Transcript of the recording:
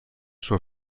sua